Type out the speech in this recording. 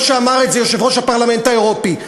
שאמר את זה יושב-ראש הפרלמנט האירופי.